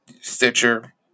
Stitcher